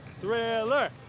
Thriller